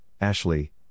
Ashley